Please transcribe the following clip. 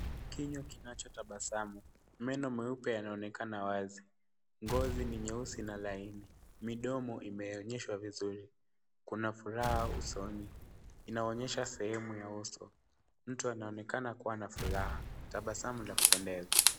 Kinywa kinachotabasamu. Meno meupe yanaonekana wazi. Ngozi ni nyeusi na laini. Midomo imeonyeshwa vizuri. Kuna furaha usoni. Inaonesha sehemu ya uso. Mtu anaonekana kuwa na furaha. Tabasamu ni la kupenedeza.